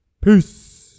Peace